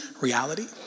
reality